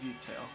detail